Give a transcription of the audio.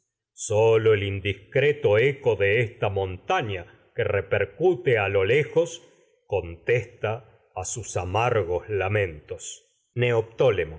sólo indiscreto contesta de esta que repercute a lo lejos a sus amargos lamentos